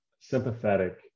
sympathetic